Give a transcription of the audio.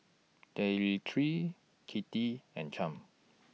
Demetri Kitty and Champ